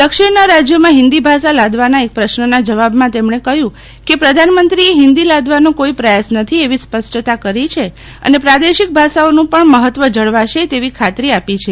દક્ષિણના રાજયોમાં હિન્દી ભાષા લાદવાના એક પ્રશ્નના જવાબમાં તેમણે કહ્યું કે પ્રધાનમંત્રીએ હિન્દી લાદવાનો કોઇ પ્રયાસ નથી એવી સ્પષ્ટતા કરી છે અને પ્રાદેશિક ભાષાઓનું પણ મહત્વ જળવાશે તેવી ખાતરી આપી છે